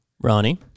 Ronnie